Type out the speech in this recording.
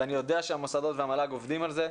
ואני יודע שהמוסדות והמל"ג עובדים על זה,